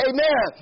Amen